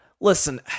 listen